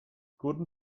guten